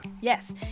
Yes